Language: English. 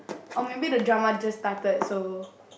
oh maybe the drama just started so